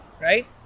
Right